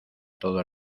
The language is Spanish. todo